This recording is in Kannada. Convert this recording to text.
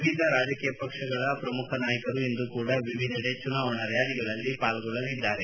ವಿವಿಧ ರಾಜಕೀಯ ಪಕ್ಷಗಳ ಪ್ರಮುಖ ನಾಯಕರು ಇಂದು ಸಹ ವಿವಿಧೆಡೆ ಚುನಾವಣಾ ರ್ನಾಲಿಗಳಲ್ಲಿ ಪಾಲ್ಗೊಳ್ಳಲಿದ್ದಾರೆ